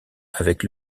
avec